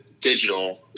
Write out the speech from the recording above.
digital